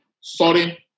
sorry